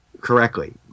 correctly